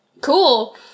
cool